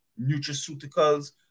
nutraceuticals